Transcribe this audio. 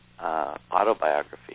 autobiography